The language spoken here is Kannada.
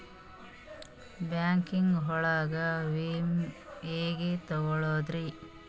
ಬ್ಯಾಂಕಿಂಗ್ ಒಳಗ ವಿಮೆ ಹೆಂಗ್ ತೊಗೊಳೋದ್ರಿ?